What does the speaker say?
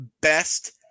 best